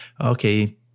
okay